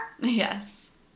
Yes